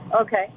Okay